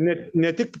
ne ne tik